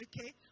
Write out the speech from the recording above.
okay